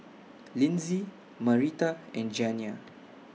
Linzy Marita and Janiah